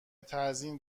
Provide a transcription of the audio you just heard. تزیین